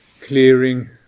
clearing